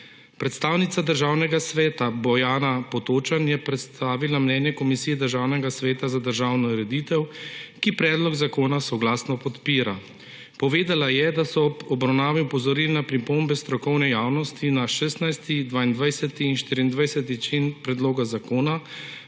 Predstavnica Državnega sveta Bojana Potočan je predstavila mnenje Komisije Državnega sveta za državno ureditev, ki predlog zakona soglasno podpira. Povedala je, da so ob obravnavi opozorili na pripombe strokovne javnosti na 16., 22. in 24. člen predloga zakona,